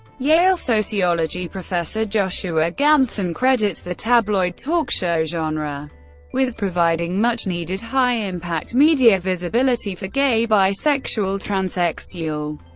yale sociology professor joshua gamson credits the tabloid talk show genre with providing much needed high impact media visibility for gay, bisexual, transsexual,